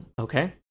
okay